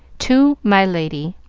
to my lady